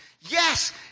Yes